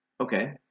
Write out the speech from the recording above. Okay